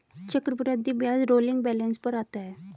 चक्रवृद्धि ब्याज rolling balance पर आता है